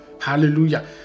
hallelujah